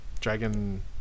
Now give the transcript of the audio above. Dragon